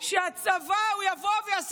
הוא לא יוכל,